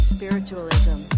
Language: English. Spiritualism